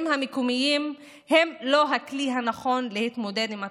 המקומיים הם לא הכלי הנכון להתמודדות עם התחלואה,